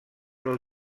del